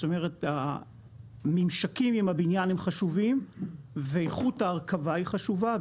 זאת אומרת הממשקים עם הבניין הם חשובים ואיכות ההרכבה היא חשובה,